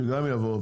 שגם יבוא.